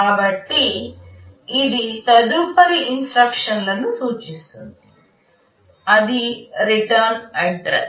కాబట్టి ఇది తదుపరి ఇన్స్ట్రక్షన్ లను సూచిస్తుంది అది రిటర్న్ అడ్రస్